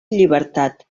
llibertat